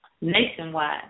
nationwide